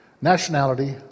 nationality